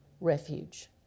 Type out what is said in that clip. refuge